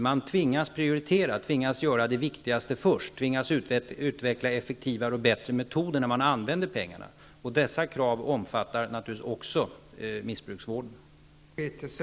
Man tvingas prioritera, göra det viktigaste först och utveckla effektivare och bättre metoder när man använder pengarna. Dessa krav omfattar naturligtvis också missbruksvården.